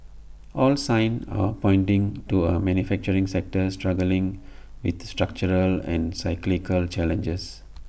all signs are pointing to A manufacturing sector struggling with structural and cyclical challenges